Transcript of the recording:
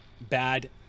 bad